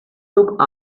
took